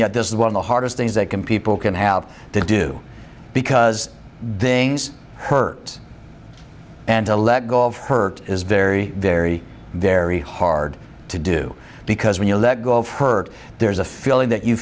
yet this is one of the hardest things that can people can have to do because beings hurt and to let go of her is very very very hard to do because when you let go of her there's a feeling that you